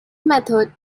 method